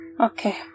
Okay